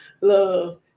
Love